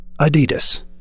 Adidas